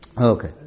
Okay